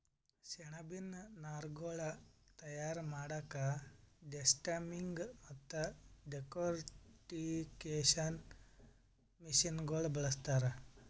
ಸೆಣಬಿನ್ ನಾರ್ಗೊಳ್ ತಯಾರ್ ಮಾಡಕ್ಕಾ ಡೆಸ್ಟಮ್ಮಿಂಗ್ ಮತ್ತ್ ಡೆಕೊರ್ಟಿಕೇಷನ್ ಮಷಿನಗೋಳ್ ಬಳಸ್ತಾರ್